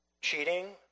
cheating